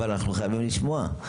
אבל זה בדיוק מה שהם מנסים לעשות,